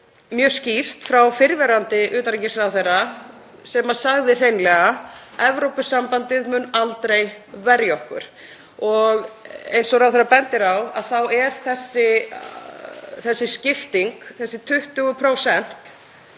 mjög skýrt frá fyrrverandi utanríkisráðherra sem sagði hreinlega: Evrópusambandið mun aldrei verja okkur. Eins og ráðherra bendir á er þessi skipting, þessi 20%,